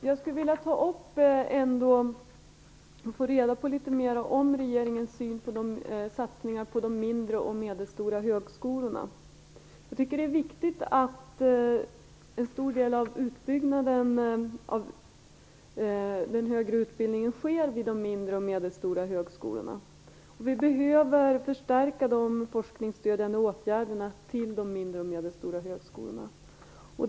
Herr talman! Herr statsråd! Jag skulle vilja få litet mera reda på regeringens syn på satsningar på de mindre och medelstora högskolorna. Jag tycker att det är viktigt att en stor del av utbyggnaden av den högre utbildningen sker vid de mindre och medelstora högskolorna. Vi behöver förstärka de forskningsstödjande åtgärderna i de mindre och medelstora högskolorna.